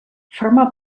forma